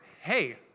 Hey